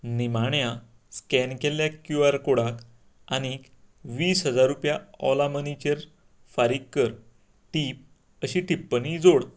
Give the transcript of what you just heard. निमाण्या स्कॅन केल्ल्या Q R कोडाक आनीक वीस हजार रुपया ओला मनीचेर फारीक कर टीप अशी टिप्पणी जोड